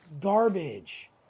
garbage